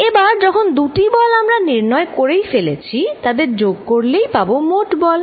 এবার যখন দুটি বল আমরা নির্ণয় করে ফেলেছি তাদের যোগ করলেই পাবো মোট বল